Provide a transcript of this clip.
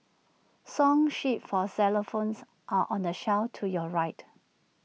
song sheets for xylophones are on the shelf to your right